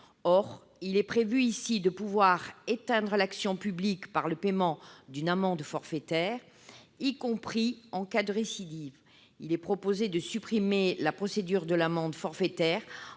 Or il est prévu ici d'éteindre l'action publique par le paiement d'une amende forfaitaire, y compris en cas de récidive. Cet amendement vise donc à supprimer la procédure de l'amende forfaitaire